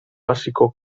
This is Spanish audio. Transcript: básico